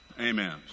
Amen